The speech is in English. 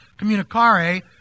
communicare